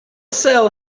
sell